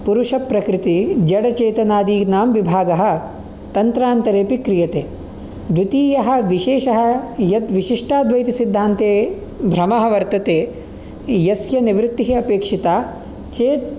पुरुषप्रकृति जडचैतनादीनां विभागः तन्त्रान्तरेपि क्रियते द्वितीयः विशेषः यत् विशिष्टाद्वैतसिद्धान्ते भ्रमः वर्तते यस्य निवृत्तिः अपेक्षिता चेत्